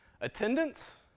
Attendance